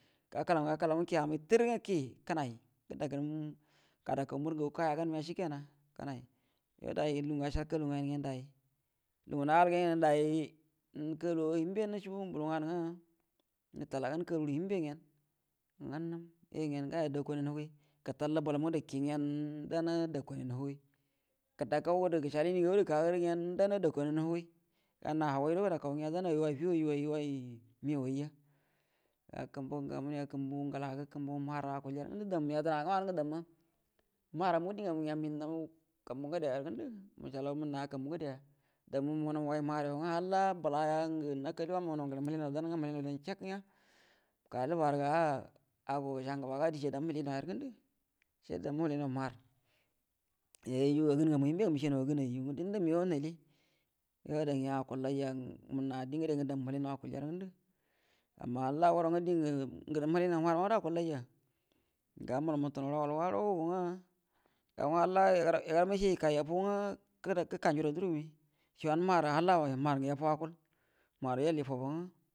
Gakəlam gakəlam ngwə kiə amay tər ngwə kie, kənay, tunda kənam, gadakaul mur ngagu kay’agan məa shikenan nga lugu ngwə acəal kalu nganə gyen diey, lugu ngə nagal gay gyen day nə cəabu mbulu nganə ngwə nətalagəan kalu rə hiembe gyen, ngwə nhəm yuoyu gyen ngawo ndakauniyan huigəi, gətəallə mbələm gərə kie gyn, da a dakauniyan huigui, gədakau gərə gəcəal yənie ngagu gərə gəkarə gyən dan a dakauniyan hugui, ga na hu guay guero gədakau ngəa dan a ay way dəya ay rə way məyau ayya, ga kumbuə ngə gamənə yuo kəmbuə ngala gə kumbuə mahar gə akuə ya rə ngandə mə səalaw mənna kumbuə ngədeya, damma mumunaw way mahar yuo-ngwə, halia bəla ngwə nakalli yu mamunaw gərə mnəlie haw dangwə mhəlie dan sak ngra mhəlie naw kumbu gədeya ka ləbar ga cəangəba ga die ciey, ga, damma ago mhəlie naw ya rə ngəndu sai damma mhəlie naw mahar yuu yu agən gamu hiembe ngwə məcenau agənyu gə məgəaw nhəlie yuo ngəa alaullayya, mənna die gəde gə damu mhəlie nau akulja ngəndu amma halla guəram ngwə dəngu gərə mhelienaw kəkə akuəllayya, ga mbal mutunaw rə awalwa guəro gungwə daw gwə hall yəgəramma yacəa yəkay yaffu ngwə gəkajju dan durgumi, gəcəa halla mahar watə nga mahar gə yaffu akuəl mahar